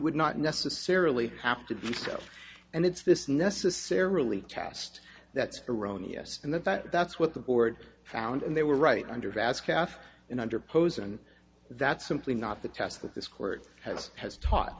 would not necessarily have to be so and it's this necessarily cast that's erroneous and that that that's what the board found and they were right under vast calf's and under pose and that's simply not the task this court has has taught